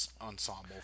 ensemble